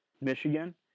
Michigan